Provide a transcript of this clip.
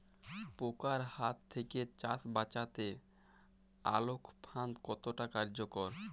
পোকার হাত থেকে চাষ বাচাতে আলোক ফাঁদ কতটা কার্যকর?